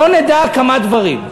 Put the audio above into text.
לא נדע כמה דברים: